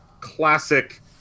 classic